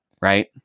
Right